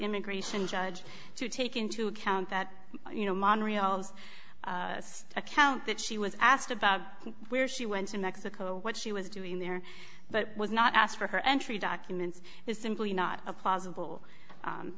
immigration judge to take into account that you know montreal's account that she was asked about where she went to mexico what she was doing there but was not asked for her entry documents is simply not possible